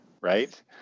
right